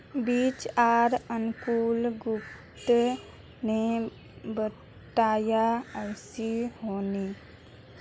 बीज आर अंकूर गुप्ता ने बताया ऐसी होनी?